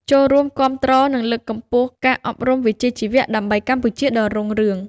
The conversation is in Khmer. ចូររួមគ្នាគាំទ្រ និងលើកកម្ពស់ការអប់រំវិជ្ជាជីវៈដើម្បីកម្ពុជាដ៏រុងរឿង។